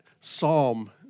psalm